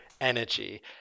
energy